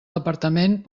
departament